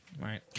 Right